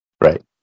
right